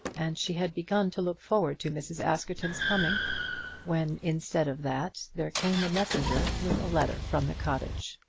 and she had begun to look forward to mrs. askerton's coming when instead of that there came a messenger with a letter from the cottage.